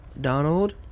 Donald